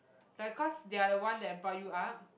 like cause they are the one that brought you up